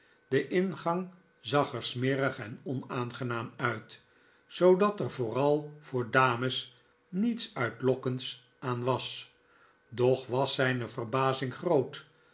de ingang zag er smerig en onaangenaam uit zoodat er vooral voor dames niets uitlokkends aan was doch was zijne verbazing groot